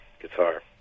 guitar